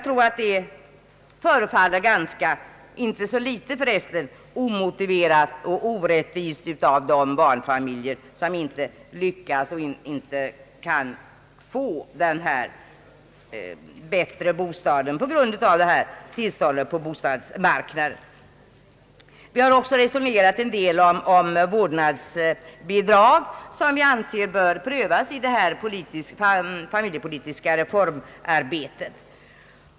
Detta förefaller omotiverat och orättvist för de barnfamiljer som inte lyckas och som inte kan få bättre bostäder på grund av tillståndet på bostadsmarknaden. Vi har också resonerat en del om vårdnadsbidrag. Den frågan bör prövas i detta familjepolitiska reformarbete.